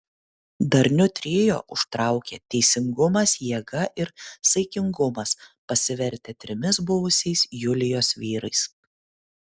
darniu trio užtraukė teisingumas jėga ir saikingumas pasivertę trimis buvusiais julijos vyrais